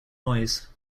noise